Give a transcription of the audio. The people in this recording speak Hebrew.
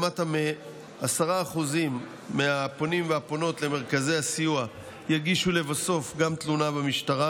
למטה מ-10% מהפונים והפונות למרכזי הסיוע יגישו לבסוף גם תלונה במשטרה.